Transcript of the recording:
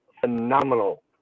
phenomenal